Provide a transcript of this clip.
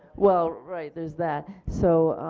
well, right there is that. so